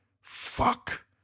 Fuck